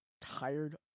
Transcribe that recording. tired